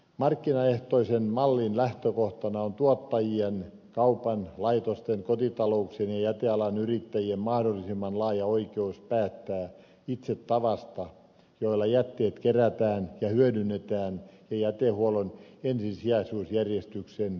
markkinaehtoisen mallin lähtökohtana on tuottajien kaupan laitosten kotitalouksien ja jätealan yrittäjien mahdollisimman laaja oikeus päättää itse tavasta jolla jätteet kerätään ja hyödynnetään jätehuollon ensisijaisuusjärjestykseen perustuen